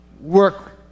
work